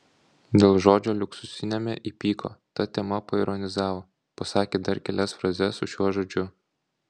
dėl žodžio liuksusiniame įpyko ta tema paironizavo pasakė dar kelias frazes su šiuo žodžiu